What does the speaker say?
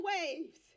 waves